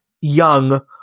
young